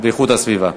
והגנת הסביבה